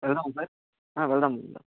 వెళ్దామా సార్ వెళ్దాం